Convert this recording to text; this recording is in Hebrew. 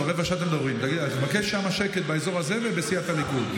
אני מבקש שקט באזור הזה ובסיעת הליכוד.